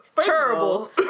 Terrible